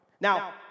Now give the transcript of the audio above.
Now